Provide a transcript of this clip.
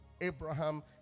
Abraham